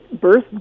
birth